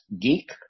geek